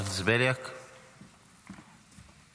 תודה רבה.